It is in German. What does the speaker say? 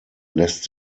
lässt